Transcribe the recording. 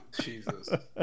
Jesus